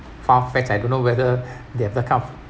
far fetched I don't know whether they have that kind of